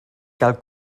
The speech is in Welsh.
gael